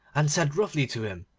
and said roughly to him,